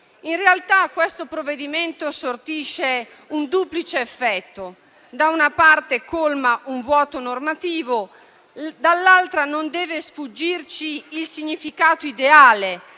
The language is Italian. In realtà, questo provvedimento sortisce un duplice effetto: da una parte, colma un vuoto normativo; dall'altra, non deve sfuggirci il significato ideale